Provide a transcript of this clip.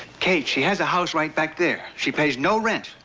kate, she has a house right back there. she pays no rent.